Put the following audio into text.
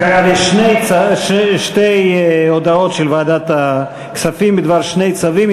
שתי הודעות של ועדת הכספים בדבר שני צווים.